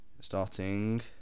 Starting